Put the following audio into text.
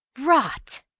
rot!